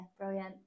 brilliant